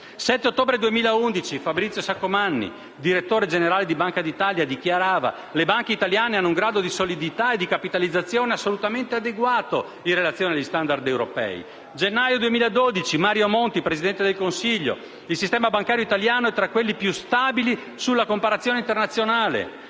7 ottobre 2011, Fabrizio Saccomanni, direttore generale di Banca d'Italia, dichiarava: «Gli istituti di credito hanno un grado di solidità e di capitalizzazione assolutamente adeguato in relazione agli *standard* europei». Nel gennaio 2012, Mario Monti, Presidente del Consiglio, diceva: «Il sistema bancario italiano è tra quelli più stabili sulla comparazione internazionale».